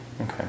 Okay